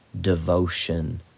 devotion